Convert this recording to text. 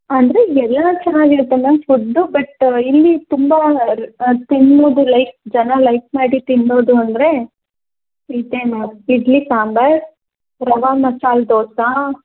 ಅಂದರೆ ಇಲ್ಲೆಲ್ಲ ಚೆನ್ನಾಗಿರುತ್ತೆ ಮ್ಯಾಮ್ ಫುಡ್ಡು ಬಟ್ ಇಲ್ಲಿ ತುಂಬ ತಿನ್ನೋದು ಲೈಕ್ ಜನ ಲೈಕ್ ಮಾಡಿ ತಿನ್ನೋದು ಅಂದರೆ ಇದೇ ಮ್ಯಾಮ್ ಇಡ್ಲಿ ಸಾಂಬಾರು ರವೆ ಮಸಾಲ್ದೋಸೆ